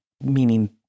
meaning